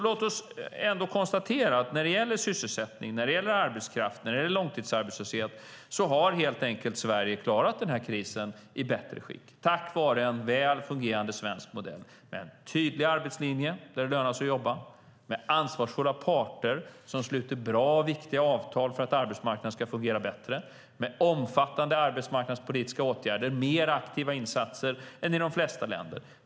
Låt oss ändå konstatera att när det gäller sysselsättning, arbetskraft och långtidsarbetslöshet har Sverige helt enkelt klarat krisen i bättre skick, tack vare en väl fungerande svensk modell, med en tydlig arbetslinje där det lönar sig att jobba, med ansvarsfulla parter som sluter bra och viktiga avtal för att arbetsmarknaden ska fungera bättre, med omfattande arbetsmarknadspolitiska åtgärder och mer aktiva insatser än i de flesta länder.